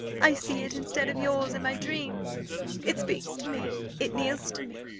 i see it, instead of yours, in my dreams it speaks to me, it kneels to me.